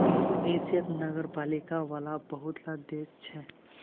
एशियात नगरपालिका वाला बहुत ला देश छे